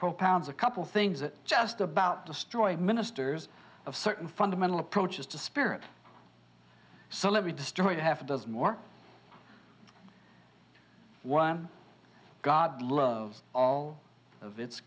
propounds a couple things that just about destroyed ministers of certain fundamental approaches to spirit so let me destroy half a dozen more while god loves all of its